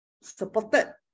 supported